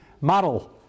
model